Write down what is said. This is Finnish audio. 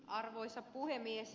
arvoisa puhemies